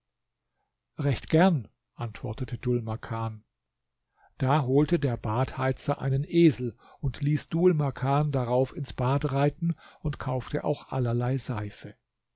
recht gern antwortete dhul makan da holte der badheizer einen esel und ließ dhul makan darauf ins bad reiten und kaufte auch allerlei seife